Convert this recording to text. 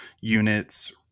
units